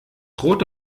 rote